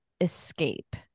escape